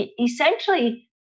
essentially